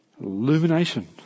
Illumination